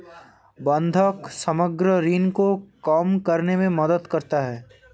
बंधक समग्र ऋण को कम करने में मदद करता है